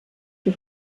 für